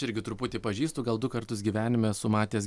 irgi truputį pažįstu gal du kartus gyvenime esu matęs